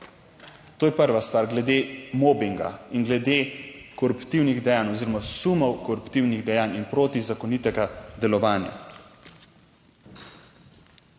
To je prva stvar, glede mobinga in glede koruptivnih dejanj oziroma sumov koruptivnih dejanj in protizakonitega delovanja.